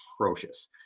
atrocious